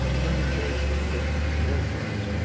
many cases, but all friends.